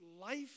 life